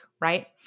right